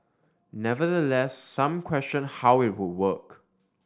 nevertheless some questioned how it would work